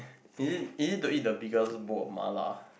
is it is it to eat the biggest bowl of mala